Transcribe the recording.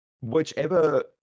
whichever